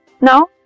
Now